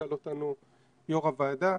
שאל אותנו יו"ר הוועדה,